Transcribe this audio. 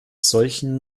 solchen